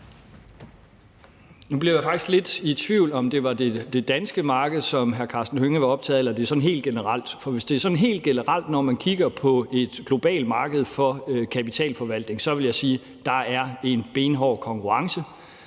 Nu bliver jeg faktisk lidt i tvivl om, om det er det danske marked, hr. Karsten Hønge er optaget af, eller om det er sådan helt generelt. Hvis det er sådan helt generelt og man kigger på et globalt marked for kapitalforvaltning, vil jeg sige, at der er en benhård konkurrence.